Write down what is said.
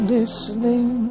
listening